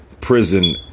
prison